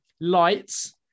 lights